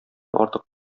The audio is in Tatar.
артык